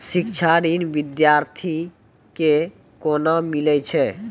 शिक्षा ऋण बिद्यार्थी के कोना मिलै छै?